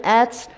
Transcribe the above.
ads